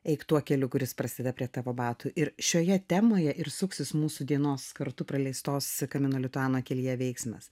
eik tuo keliu kuris prasideda prie tavo batų ir šioje temoje ir suksis mūsų dienos kartu praleistos kamino lituano kelyje veiksmas